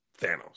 Thanos